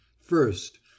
First